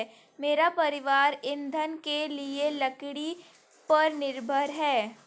मेरा परिवार ईंधन के लिए लकड़ी पर निर्भर है